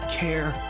care